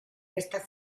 esta